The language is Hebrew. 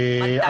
מתי?